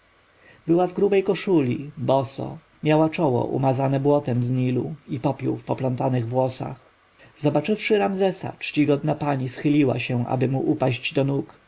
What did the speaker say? była w grubej koszuli boso miała czoło umazane błotem z nilu i popiół w poplątanych włosach zobaczywszy ramzesa czcigodna pani schyliła się aby mu upaść do nóg